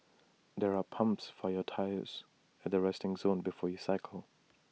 there are pumps for your tyres at the resting zone before you cycle